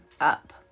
up